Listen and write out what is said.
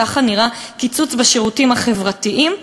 ככה נראה קיצוץ בשירותים החברתיים.